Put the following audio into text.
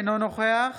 אינו נוכח